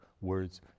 words